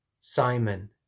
Simon